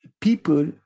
people